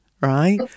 right